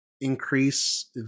increase